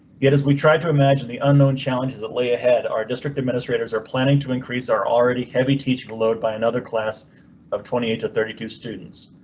yes, we tried to imagine the unknown challenges that lay ahead. our district administrators are planning to increase our already heavy teaching load by another class of twenty eight to thirty two students.